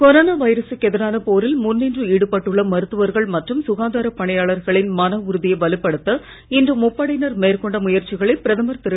corona வைரசுக்கு எதிரான போரில் முன்னின்று ஈடுபட்டுள்ள மருத்துவர்கள் மற்றும் சுகாதார பணியாளர்களின் மன உறுதியை வலுப்படுத்த இன்று முப்படையினர் மேற்கொண்ட முயற்சிகளை பிரதமர் திரு